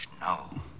no